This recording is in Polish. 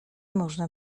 można